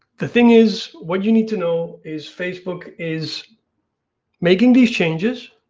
the thing is, what you need to know is facebook is making these changes